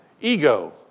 ego